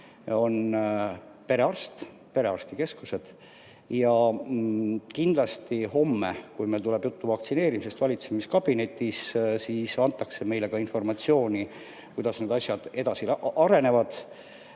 on perearstikeskused. Ja kindlasti homme, kui meil tuleb vaktsineerimisest juttu valitsuskabinetis, antakse meile ka informatsiooni, kuidas need asjad edasi arenevad.